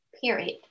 Period